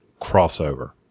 crossover